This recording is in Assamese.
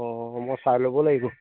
অঁ মই চাই ল'ব লাগিব